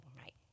right